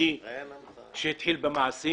היחידי התחיל במעשים